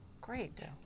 Great